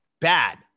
bad